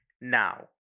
now